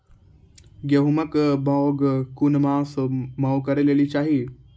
गेहूँमक बौग कून मांस मअ करै लेली चाही?